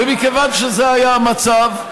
ומכיוון שזה היה המצב,